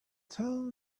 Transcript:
tell